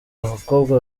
abakobwa